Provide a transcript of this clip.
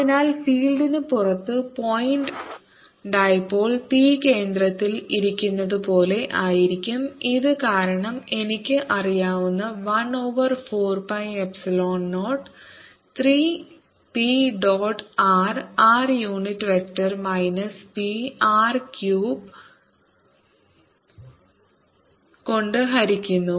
അതിനാൽ ഫീൽഡിന് പുറത്ത് പോയിന്റ് ഡിപോൾ പി കേന്ദ്രത്തിൽ ഇരിക്കുന്നതുപോലെ ആയിരിക്കും ഇത് കാരണം എനിക്ക് അറിയാവുന്ന 1 over 4 pi epsilon 0 3 p dot r r unit vector minus p r cube കൊണ്ട് ഹരിക്കുന്നു